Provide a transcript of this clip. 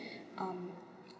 um